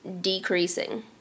decreasing